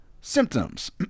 Symptoms